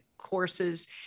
courses